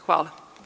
Hvala.